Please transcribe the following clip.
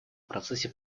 процессе